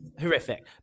horrific